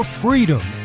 freedom